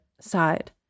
side